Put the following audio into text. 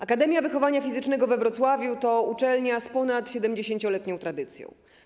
Akademia Wychowania Fizycznego we Wrocławiu to uczelnia z ponad 70-letnią tradycją.